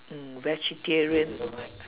mm vegetarian